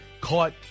caught